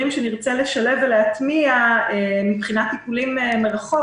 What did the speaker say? שנרצה לשלב ולהטמיע מבחינת טיפולים מרחוק.